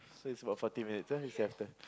so it was about forty minutes ah you stay after